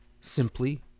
simply